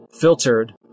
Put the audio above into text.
filtered